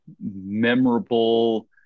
memorable